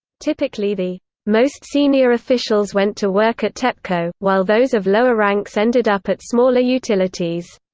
typically the most senior officials went to work at tepco, while those of lower ranks ended up at smaller utilities.